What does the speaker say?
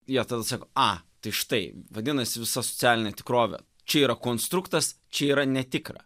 jie tada sako a tai štai vadinasi visa socialinė tikrovė čia yra konstruktas čia yra netikra